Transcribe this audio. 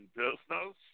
business